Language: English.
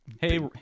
hey